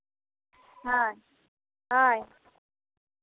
ᱦᱮᱸ ᱦᱳᱭ